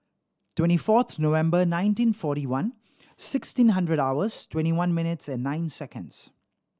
twenty fourth November nineteen forty one sixteen hundred hours twenty one minutes and nine seconds